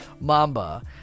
Mamba